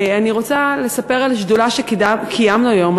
אני רוצה לספר על שדולה שקיימנו היום,